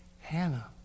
Hannah